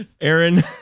Aaron